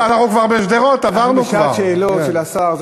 אנחנו בשעת שאלות של השר.